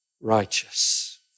righteous